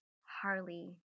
Harley